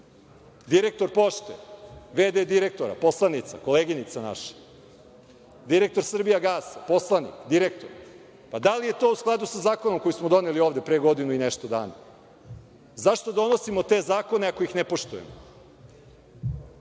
direktor Pošte, v.d. direktora, poslanica, koleginica naša, direktor Srbijagasa, poslanik, direktor. Pa, da li je to u skladu zakonom koji smo doneli ovde pre godinu i nešto dana? Zašto donosimo te zakone ako ih ne poštujemo?